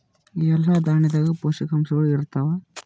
ಎಲ್ಲಾ ದಾಣ್ಯಾಗ ಪೋಷಕಾಂಶಗಳು ಇರತ್ತಾವ?